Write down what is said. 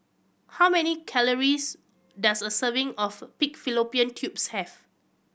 how many calories does a serving of pig fallopian tubes have